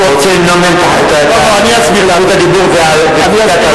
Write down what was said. אתה רוצה למנוע מהם את זכות הדיבור ופסיקת ההלכה?